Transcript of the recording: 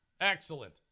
excellent